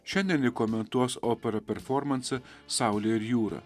šiandien ji komentuos operą performansą saulė ir jūra